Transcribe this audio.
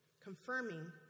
confirming